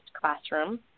classroom